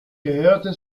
gehörte